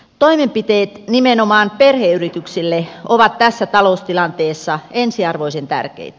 toimenpiteet nimenomaan perheyrityksille ovat tässä taloustilanteessa ensiarvoisen tärkeitä